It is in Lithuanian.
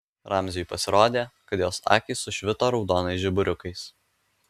ramziui pasirodė kad jos akys sušvito raudonais žiburiukais